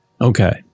Okay